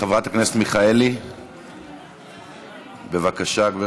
חברת הכנסת מיכאלי, בבקשה, גברתי,